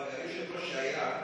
אבל היושב-ראש שהיה,